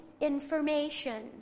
information